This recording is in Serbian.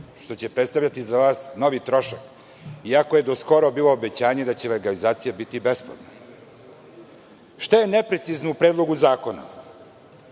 što će predstavljati za vas novi trošak iako je do skoro bilo obećanje da će legalizacija biti besplatna. Šta je neprecizno u Predlogu zakona?